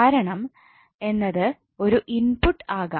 കാരണം എന്നത് ഒരു ഇൻപുട്ട് ആകാം